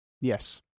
Yes